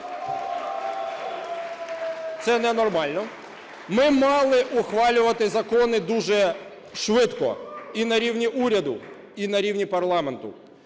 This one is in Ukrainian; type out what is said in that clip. Це ненормально. Ми мали ухвалювати закони дуже швидко і на рівні уряду, і на рівні парламенту,